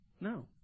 No